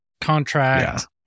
contract